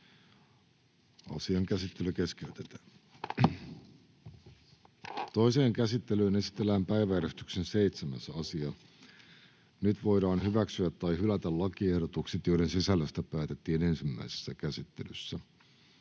Toiseen käsittelyyn esitellään päiväjärjestyksen 7. asia. Nyt voidaan hyväksyä tai hylätä lakiehdotukset, joiden sisällöstä päätettiin ensimmäisessä käsittelyssä.